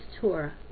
Torah